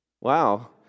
Wow